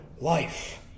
life